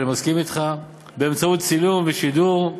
אני מסכים אתך, באמצעות צילום ושידור.